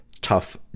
tough